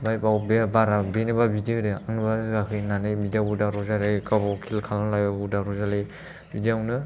ओमफ्राय बेयाव बारा बैनोबा बिदि होदों आंनोबा होआखै होननानै बिदियावबो दावराव जालायो गाबागाव खेल खालाम लायबाबो दावराव जालायो बिदियावनो